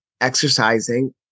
exercising